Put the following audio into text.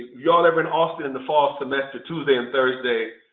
y'all ever in austin in the fall semester, tuesday and thursday,